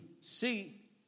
See